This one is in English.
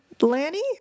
Lanny